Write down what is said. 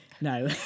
no